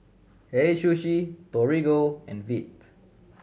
Hei Sushi Torigo and Veet